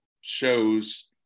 shows